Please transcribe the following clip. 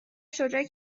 شجاعی